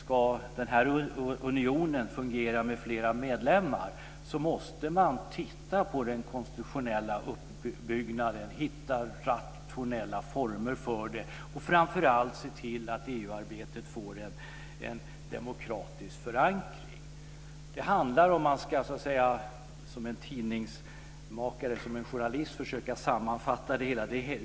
Om den här unionen ska fungera med flera medlemmar, så måste man se på den konstitutionella uppbyggnaden och hitta rationella former för det och framför allt se till att EU-arbetet får en demokratisk förankring. Det handlar om att som en tidningsmakare, en journalist, försöka sammanfatta det hela.